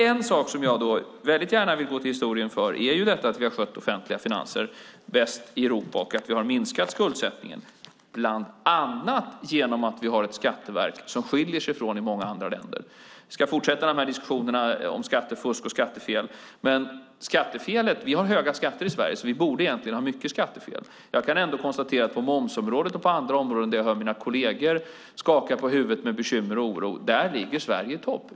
En sak som jag gärna vill gå till historien för är att vi har skött offentliga finanser bäst i Europa och att vi har minskat skuldsättningen, bland annat genom att vi har ett skatteverk som skiljer sig från dem i många andra länder. Vi ska fortsätta diskussionerna om skattefusk och skattefel. Vi har höga skatter i Sverige, och vi borde egentligen ha mycket skattefel. Jag kan ändå konstatera att på momsområdet och på andra områden där jag ser mina kolleger skaka på huvudet av bekymmer och oro ligger Sverige i topp.